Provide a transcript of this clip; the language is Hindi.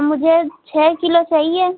मुझे छः किलो चाहिए